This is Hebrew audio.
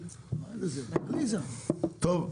טוב.